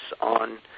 on